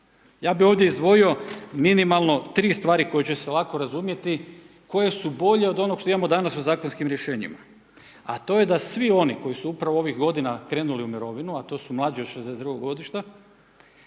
Ja bih ovdje izdvojio minimalno tri stvari koje će se ovako razumjeti koje su bolje od onog što imamo danas u zakonskim rješenjima a to je da svi oni koji su upravo ovih godina krenuli u mirovinu a to su mlađi od 62 godišta